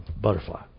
butterfly